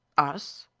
us?